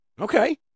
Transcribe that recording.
Okay